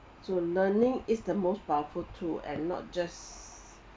so learning is the most powerful tool and not just